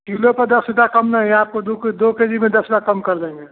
kilo पर दस रूपया कम नहीं आपको दो के दो के जी में दस रुपया कम कर देंगे